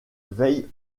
veille